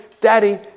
daddy